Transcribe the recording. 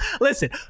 Listen